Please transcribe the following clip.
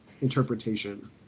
interpretation